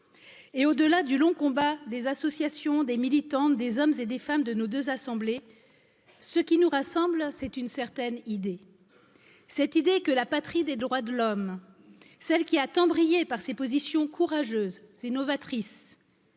Et au delà du long combat des associations, des militantes, des hommes et des femmes de nos deux assemblées, ce qui nous rassemble, c'est une certaine idée. cette idée que la patrie des droits de l'homme, celle qui a tant brillé par ses positions courageuses, ses novatrices.